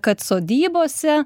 kad sodybose